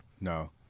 No